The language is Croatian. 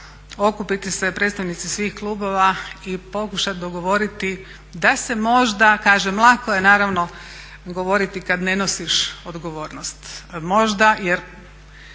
okupiti se predstavnici svih klubova i pokušati dogovoriti da se možda kažem lako je naravno govoriti kad ne nosiš odgovornost. Možda jer